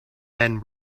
then